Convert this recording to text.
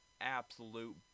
Absolute